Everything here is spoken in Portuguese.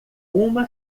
uma